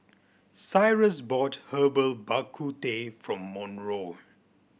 Cyrus bought Herbal Bak Ku Teh for Monroe